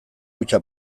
kutxa